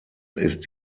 ist